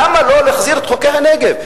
למה לא להחזיר את חוקי הנגב,